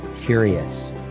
curious